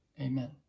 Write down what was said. amen